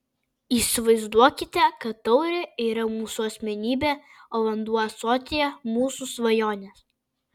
įsivaizduokite kad taurė yra mūsų asmenybė o vanduo ąsotyje mūsų svajonės